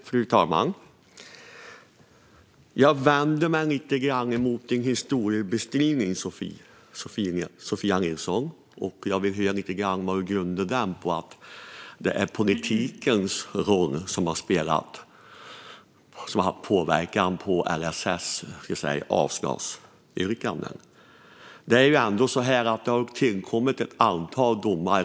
Fru talman! Jag vänder mig lite grann emot Sofia Nilssons historiebeskrivning att det är politiken som har haft påverkan på LSS avslagsyrkanden och vill höra vad hon grundar den på. Det har kommit ett antal domar.